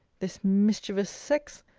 this mischievous sex!